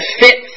fit